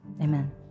Amen